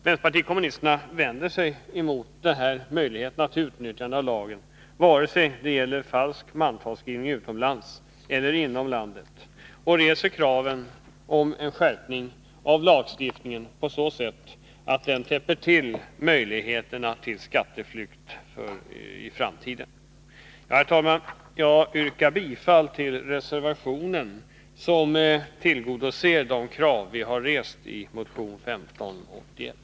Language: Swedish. Vänsterpartiet kommunisterna vänder sig emot dessa möjligheter att kringgå lagen vare sig det gäller falsk mantalsskrivning utomlands eller inom landet, och vi reser krav på en skärpning av lagstiftningen på så sätt att den undanröjer möjligheterna till skatteflykt i framtiden. Herr talman! Jag yrkar bifall till reservationen, som tillgodoser de krav vi har rest i motion 1581.